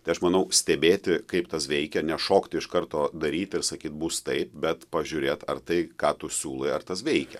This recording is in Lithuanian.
tai aš manau stebėti kaip tas veikia nešokti iš karto daryti ir sakyt bus taip bet pažiūrėt ar tai ką tu siūlai ar tas veikia